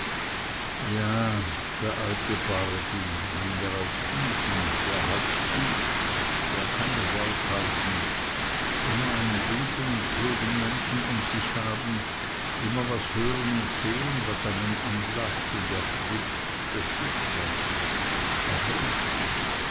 ja der alte barby wenn er auf die sieht der hat's gut der kann es aushalten immer einen guten und klugen menschen um sich haben immer was hören und sehen was einen anlacht und erquickt das ist was aber ich